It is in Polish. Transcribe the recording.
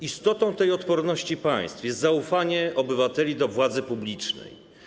Istotą tej odporności państw jest zaufanie obywateli do władzy publicznej.